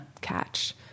Catch